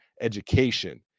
education